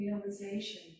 realization